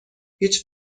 هیچ